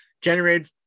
generated